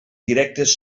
directes